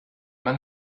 man